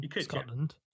Scotland